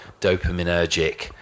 dopaminergic